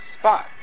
spot